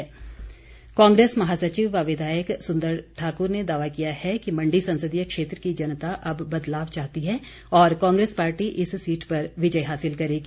कुल्लू कांग्रेस कांग्रेस महासचिव व विधायक सुंदर ठाकुर ने दावा किया है कि मण्डी संसदीय क्षेत्र की जनता अब बदलाव चाहती है और कांग्रेस पार्टी इस सीट पर विजय हासिल करेगी